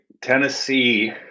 Tennessee